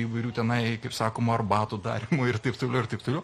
įvairių tenai kaip sakoma arbatų darymo ir taip toliau ir taip toliau